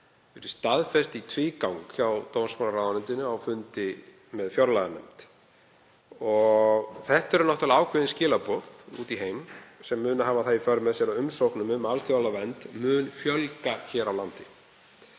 verið staðfest í tvígang hjá dómsmálaráðuneytinu á fundi með fjárlaganefnd. Þetta eru náttúrlega ákveðin skilaboð út í heim sem munu hafa það í för með sér að umsóknum um alþjóðlega vernd mun fjölga hér á landi.